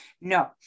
No